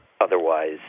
otherwise